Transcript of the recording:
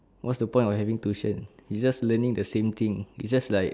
what's the point of having tuition it's just learning the same thing it's just like